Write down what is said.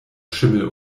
schimmel